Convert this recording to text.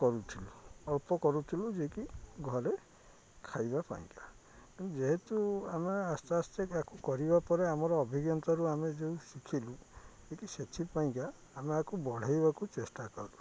କରୁଥିଲୁ ଅଳ୍ପ କରୁଥିଲୁ ଯେ କିି ଘରେ ଖାଇବା ପାଇଁକା ଯେହେତୁ ଆମେ ଆସ୍ତେ ଆସ୍ତେ ୟାକୁ କରିବା ପରେ ଆମର ଅଭିଜ୍ଞତାରୁ ଆମେ ଯେଉଁ ଶିଖିଲୁ ଯେ କି ସେଥିପାଇଁକା ଆମେ ଆକୁ ବଢ଼ାଇବାକୁ ଚେଷ୍ଟା କରୁ